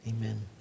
Amen